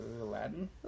Aladdin